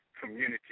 community